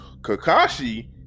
Kakashi